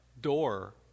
door